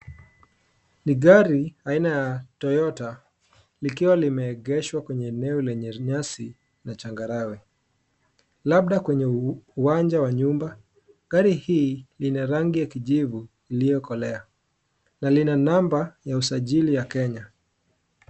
Ni gari aina ya Toyota likiwa limeegeshwa kwenye eneo lenye nyasi na changarawe labda kwenye uwanja wa nyumba. Gari hii lina rangi ya kijivu iliyokolea na lina namba ya usajili ya Kenya.